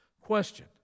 Question